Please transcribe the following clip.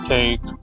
Take